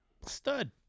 Stud